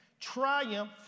triumph